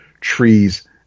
trees